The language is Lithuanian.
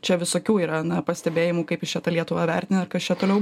čia visokių yra na pastebėjimų kaip jis čia tą lietuvą įvertina ir kas čia toliau